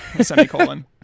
semicolon